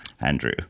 Andrew